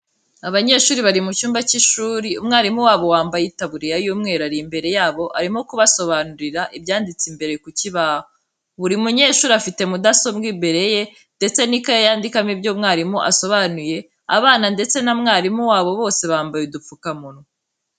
Abanyeshuri bari mu cyumba cy'ishuri umwarimu wabo wambaye itaburiya y'umweru ari imbere yabo arimo kubasobanurira ibyanditse imbere ku kibaho, buri munyeshuri afite mudasobwa imbere ye ndetse n'ikaye yandikamo ibyo umwarimu asobanuye abana ndetse na mwarimu wabo bose bambaye udupfukamunwa.